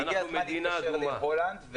הגיע הזמן להתקשר להולנד,